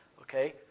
okay